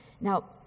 Now